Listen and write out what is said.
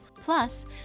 Plus